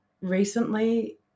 Recently